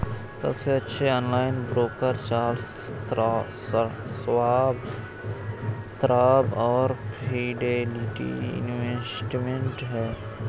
सबसे अच्छे online broker Charles Schwab और फिडेलिटी इन्वेस्टमेंट हैं